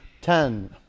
ten